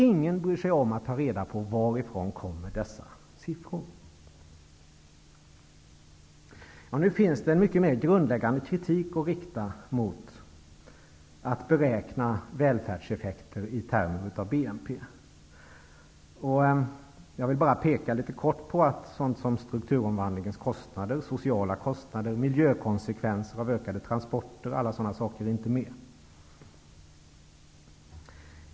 Ingen bryr sig om att ta reda på varifrån sifforna kommer. Nu finns det en mycket mera grundläggande kritik att rikta mot det här med att beräkna välfärdseffekter i BNP-termer. Jag vill kort säga att sådant som kostnader för strukturomvandling, sociala kostnader, miljökonsekvenser av ökade transporter osv. inte finns med här.